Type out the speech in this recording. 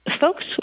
folks